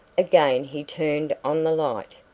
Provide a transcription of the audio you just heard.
again he turned on the light.